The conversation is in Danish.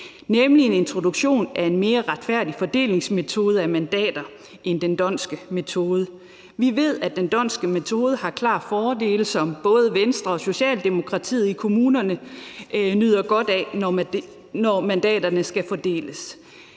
nemlig en introduktion af en mere retfærdig fordelingsmetode af mandater end den d'Hondtske metode. Vi ved, at den d'Hondtske metode har klare fordele, som både Venstre og Socialdemokratiet i kommunerne nyder godt af, når mandaterne skal fordeles,